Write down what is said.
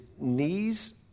knees